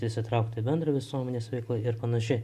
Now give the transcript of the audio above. įsitraukt į bendrą visuomenės veiklą ir panašiai